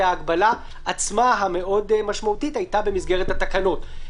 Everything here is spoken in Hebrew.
וההגבלה עצמה המאוד משמעותית הייתה במסגרת התקנות.